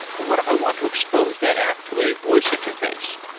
but what if i want to expose that app to a voice interface,